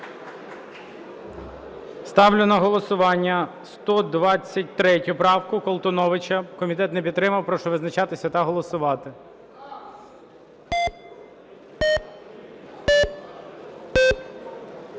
Ставлю на голосування 123 правку, Колтуновича. Комітет не підтримав. Прошу визначатися та голосувати.